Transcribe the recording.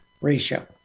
ratio